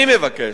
אני מבקש,